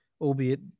albeit